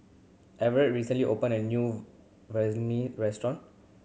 Everet recently opened a new Vermicelli restaurant